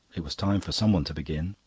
it was time for someone to begin.